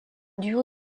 duo